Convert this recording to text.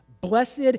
blessed